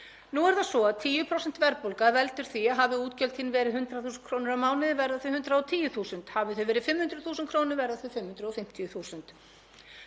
Nú er það svo að 10% verðbólga veldur því að hafi útgjöld þín verið 100.000 kr. á mánuði verða þau 110.000. Hafi þau verið 500.000 kr. verða þau 550.000.